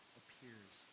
appears